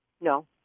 No